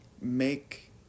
make